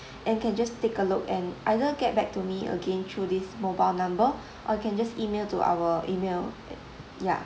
and can just take a look and either get back to me again through this mobile number or can just email to our email ya